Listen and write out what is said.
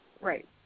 Right